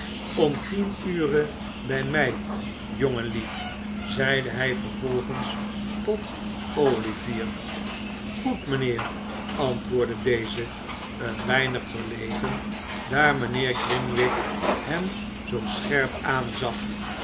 om tien ure bij mij jongenlief zeide hij vervolgens tot olivier goed mijnheer antwoordde deze een weinig verlegen daar mijnheer grimwig hem zoo scherp aanzag